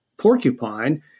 porcupine